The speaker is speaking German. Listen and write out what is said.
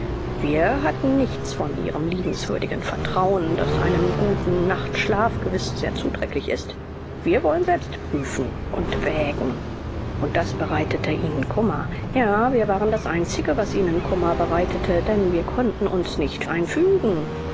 wir hatten nichts von ihrem liebenswürdigen vertrauen das einem guten nachtschlaf gewiß sehr zuträglich ist wir wollen selbst prüfen und wägen und das bereitete ihnen kummer ja wir waren das einzige was ihnen kummer bereitete denn wir konnten uns nicht einfügen